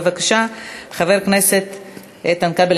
בבקשה, חבר הכנסת איתן כבל.